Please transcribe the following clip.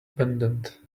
abandoned